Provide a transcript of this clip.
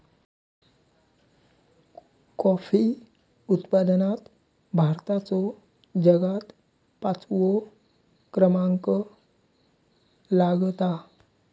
coffee उत्पादनात भारताचो जगात पाचवो क्रमांक लागता